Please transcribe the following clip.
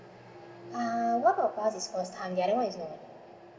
ah both of us are first time the other one is no